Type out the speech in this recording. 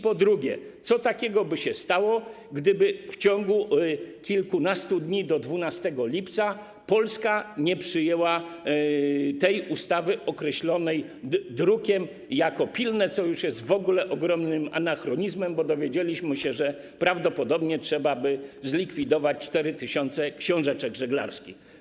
Po drugie, co takiego by się stało, gdyby w ciągu kilkunastu dni, do 12 lipca, Polska nie przyjęła tej ustawy określonej w druku jako pilna? - co już jest w ogóle ogromnym anachronizmem, bo dowiedzieliśmy się, że prawdopodobnie trzeba by zlikwidować 4 tys. książeczek żeglarskich.